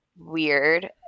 weird